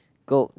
go